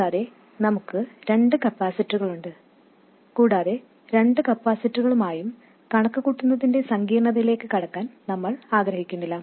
കൂടാതെ നമുക്ക് രണ്ട് കപ്പാസിറ്ററുകളുണ്ട് കൂടാതെ രണ്ട് കപ്പാസിറ്ററുകളുമായും കണക്കുകൂട്ടുന്നതിന്റെ സങ്കീർണതയിലേക്ക് കടക്കാൻ നമ്മൾ ആഗ്രഹിക്കുന്നില്ല